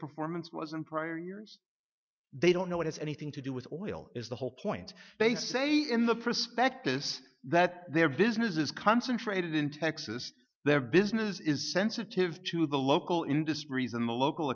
performance was in prior years they don't know it has anything to do with oil is the whole point they say in the prospectus that their business is concentrated in texas their business is sensitive to the local industries and the local